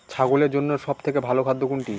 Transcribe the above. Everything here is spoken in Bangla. ছাগলের জন্য সব থেকে ভালো খাদ্য কোনটি?